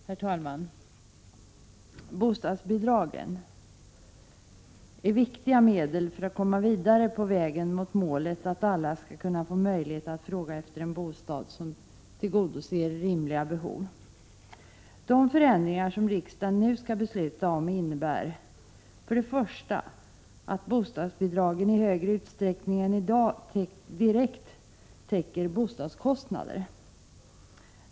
Herr talman! Bostadsbidragen är viktiga medel för att komma vidare på vägen mot målet att alla skall kunna få möjlighet att efterfråga en bostad som tillgodoser rimliga behov. För det första att bostadsbidragen i högre utsträckning än i dag direkt 14 maj 1987 täcker bostadskostnader.